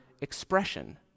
expression